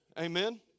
Amen